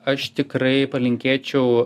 aš tikrai palinkėčiau